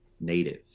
native